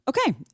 okay